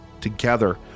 Together